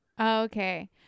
Okay